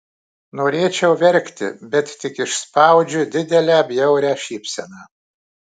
norėčiau verkti bet tik išspaudžiu didelę bjaurią šypseną